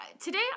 today